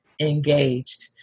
engaged